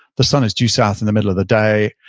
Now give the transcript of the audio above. the sun is due south in the middle of the day,